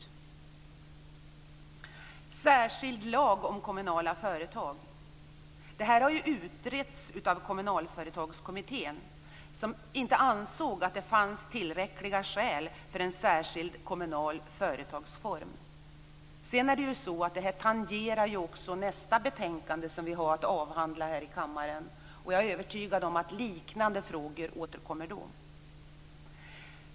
En särskild lag om kommunala företag är något som har utretts av Kommunalföretagskommittén. Man ansåg inte att det fanns tillräckliga skäl för en särskild kommunal företagsform. Det här tangerar ju också nästa betänkande som vi har att avhandla här i kammaren. Jag är övertygad om att liknande frågor återkommer då.